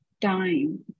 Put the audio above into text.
time